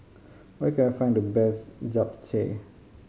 where can I find the best Japchae